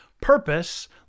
purpose